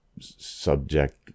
subject